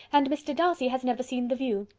and mr. darcy has never seen the view.